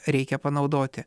reikia panaudoti